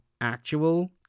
actual